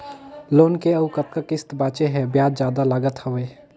Loan के अउ कतका किस्त बांचें हे? ब्याज जादा लागत हवय,